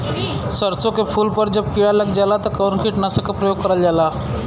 सरसो के फूल पर जब किड़ा लग जाला त कवन कीटनाशक क प्रयोग करल जाला?